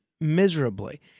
miserably